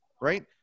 right